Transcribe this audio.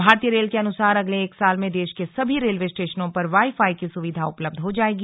भारतीय रेल के अनुसार अगले एक साल में देश के सभी रेलवे स्टेशनों पर वाई फाई की सुविधा उपलब्ध हो जाएगी